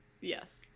Yes